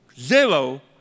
Zero